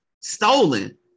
stolen